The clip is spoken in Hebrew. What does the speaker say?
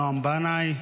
נועם בנאי.